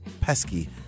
pesky